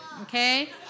okay